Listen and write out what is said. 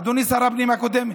אדוני שר הפנים הקודם,